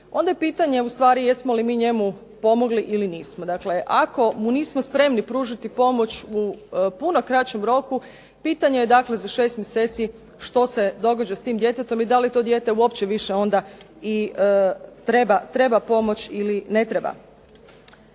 onda je pitanje ustvari jesmo li mi njemu pomogli ili nismo. Ako mu nismo spremi pružiti pomoć u puno kraćem roku, pitanje je dakle za 6 mjeseci što se događa s tim djetetom i da li to dijete uopće više onda treba pomoć ili ne treba.